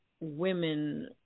women